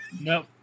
Nope